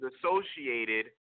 associated